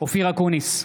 אופיר אקוניס,